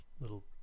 little